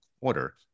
quarter